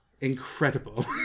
incredible